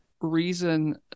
reason